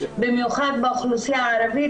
במיוחד באוכלוסייה הערבית,